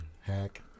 Hack